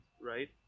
right